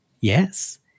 Yes